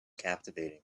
captivating